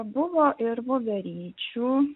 buvo ir voveryčių